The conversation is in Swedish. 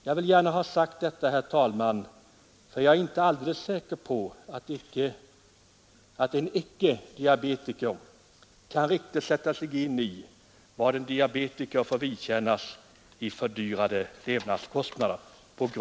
Jag vill gärna ha sagt detta, herr talman, för jag är inte alldeles säker på att alla icke-diabetiker riktigt kan sätta sig in i vad detta handikapp kan medföra i fråga om fördyrade levnadskostnader.